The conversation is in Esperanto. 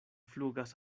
flugas